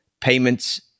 Payments